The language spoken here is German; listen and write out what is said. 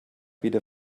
wieder